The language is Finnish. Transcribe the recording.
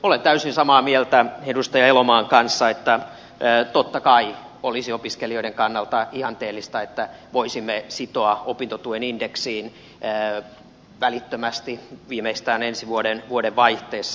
olen täysin samaa mieltä edustaja elomaan kanssa että totta kai olisi opiskelijoiden kannalta ihanteellista että voisimme sitoa opintotuen indeksiin välittömästi viimeistään ensi vuoden vuodenvaihteessa